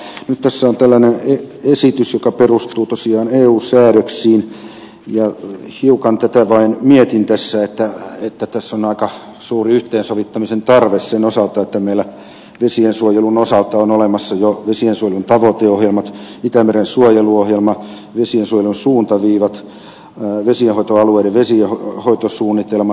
nyt tässä on tällainen esitys joka perustuu tosiaan eu säädöksiin ja hiukan tätä vain mietin että tässä on aika suuri yhteensovittamisen tarve sen osalta että meillä vesiensuojelun osalta on olemassa jo vesiensuojelun tavoiteohjelmat itämeren suojeluohjelma vesiensuojelun suuntaviivat vesienhoitoalueiden vesienhoitosuunnitelmat